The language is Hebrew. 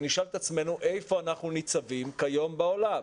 נשאל את עצמנו איפה אנחנו ניצבים כיום בעולם.